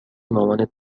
مامانت